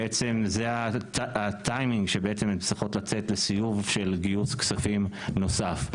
בעצם זה הטיימינג שבעצם הן צריכות לצאת לסיבוב של גיוס כספים נוסף.